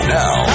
now